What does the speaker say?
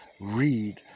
read